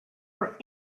for